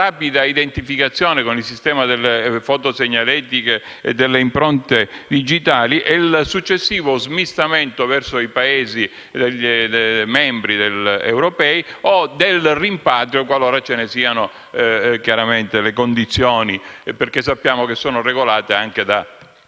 rapida identificazione con il sistema delle foto segnaletiche e delle impronte digitali e per il successivo smistamento verso i Paesi membri europei o per il rimpatrio, qualora ce ne siano le condizioni, che sappiamo essere regolate da